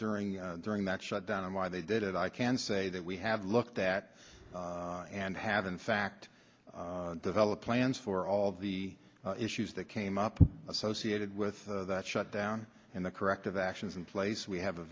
during during that shutdown and why they did it i can say that we have looked at and have in fact develop plans for all the issues that came up associated with that shutdown and the corrective actions in place we have a